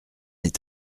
est